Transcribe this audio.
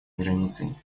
границей